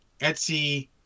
etsy